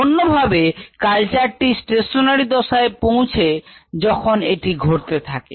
অন্যভাবে কালচারটি স্টেশনারি দশায় পৌঁছে যখন এটি ঘটতে থাকে